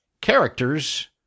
characters